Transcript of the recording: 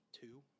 two